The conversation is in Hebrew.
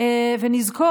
היא